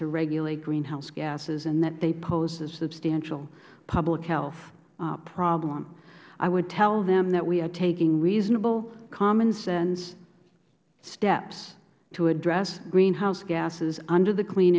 to regulate greenhouse gases and that they pose a substantial public health problem i would tell them that we are taking reasonable common sense steps to address greenhouse gases under the clean